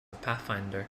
pathfinder